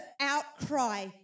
outcry